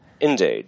Indeed